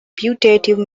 putative